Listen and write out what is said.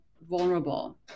vulnerable